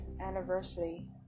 anniversary